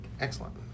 excellent